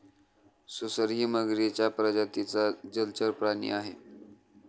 सुसरही मगरीच्या प्रजातीचा जलचर प्राणी आहे